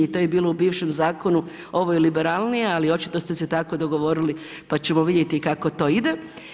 I to bi bilo u ovom zakonu, ovo je liberalnije, ali očito ste se tako dogovorili pa ćemo vidjeti kako to ide.